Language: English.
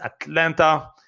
Atlanta